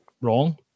wrong